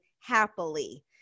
happily